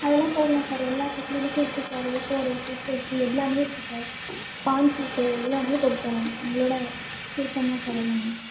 அதெலாம் போடலாம் சார் எல்லா ஃபெசிலிட்டீசும் இருக்குது sir A four A four A three எல்லாமே இருக்குது சார் பான் ஷீட்டு எதில் வேண்ணாலும் போட்டு தரோம் உங்களோட விருப்பம் தான் சார் எல்லாமே